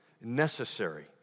necessary